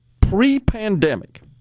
pre-pandemic